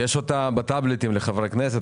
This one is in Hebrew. יש את המצגת בטאבלטים לחברי הכנסת.